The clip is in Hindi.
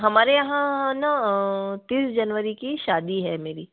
हमारे यहाँ न तीस जनवरी की शादी है मेरी